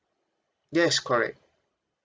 yes correct